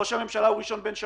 ראש הממשלה הוא ראשון בין שווים.